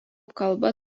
kalba